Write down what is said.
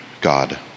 God